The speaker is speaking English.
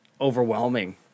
overwhelming